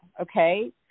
okay